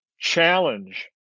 challenge